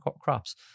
crops